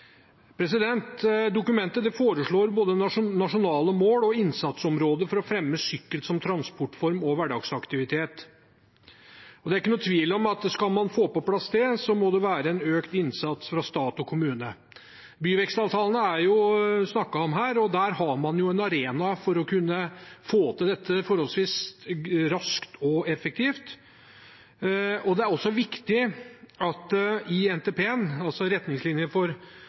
Dokumentet foreslår både nasjonale mål og innsatsområder for å fremme sykkel som transportform og hverdagsaktivitet. Det er ikke noen tvil om at skal man få på plass det, må det være en økt innsats fra stat og kommune. Byvekstavtalene er det snakket om her, og der har man en arena for å kunne få til dette forholdsvis raskt og effektivt. Det er også viktig at det i